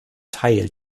teil